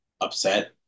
upset